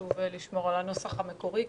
שחשוב לשמור על הנוסח המקורי.